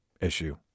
issue